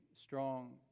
strong